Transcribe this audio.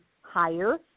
higher